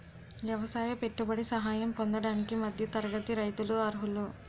ఎవసాయ పెట్టుబడి సహాయం పొందడానికి మధ్య తరగతి రైతులు అర్హులు